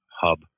hub